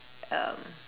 um